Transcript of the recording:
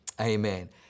Amen